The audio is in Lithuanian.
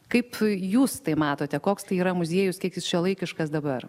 kaip jūs tai matote koks tai yra muziejus kiek jis šiuolaikiškas dabar